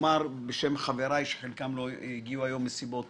אני אומר בשם חבריי - חלקם לא הגיעו מסיבות